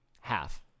half